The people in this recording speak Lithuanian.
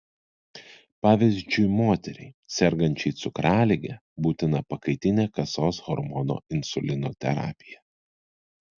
pavyzdžiui moteriai sergančiai cukralige būtina pakaitinė kasos hormono insulino terapija